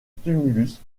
tumulus